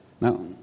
Now